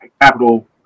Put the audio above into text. capital